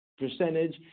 Percentage